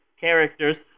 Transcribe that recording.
characters